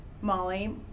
Molly